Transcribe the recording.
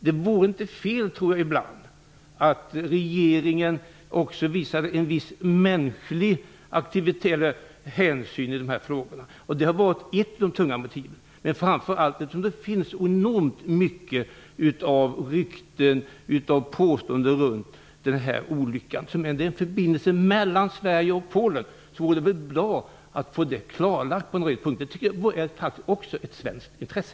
Jag tror att det ibland inte vore fel om regeringen också visade en viss mänsklig hänsyn i de här frågorna. Det har varit ett av de tunga motiven, men motivet är framför allt att det finns enormt mycket av rykten och påståenden runt den här olyckan. Om det finns en förbindelse mellan Sverige och Polen så vore det väl bra att få saken klarlagd på en del punkter. Det är faktiskt också ett svenskt intresse.